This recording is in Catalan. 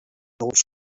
dels